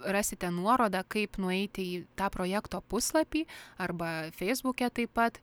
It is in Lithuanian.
rasite nuorodą kaip nueiti į tą projekto puslapį arba feisbuke taip pat